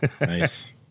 nice